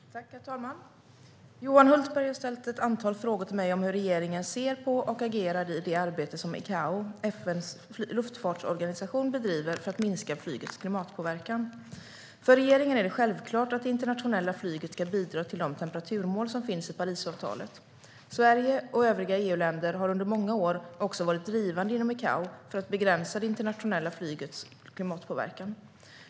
Herr talman! Johan Hultberg har ställt ett antal frågor till mig om hur regeringen ser på och agerar i det arbete som ICAO, FN:s luftfartsorganisation, bedriver för att minska flygets klimatpåverkan. För regeringen är det självklart att det internationella flyget ska bidra till de temperaturmål som finns i Parisavtalet. Sverige och övriga EU-länder har under många år också varit drivande inom ICAO för att begränsa det internationella flygets klimatpåverkan.